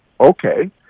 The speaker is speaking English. okay